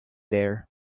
there